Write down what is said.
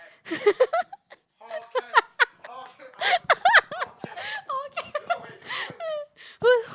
okay who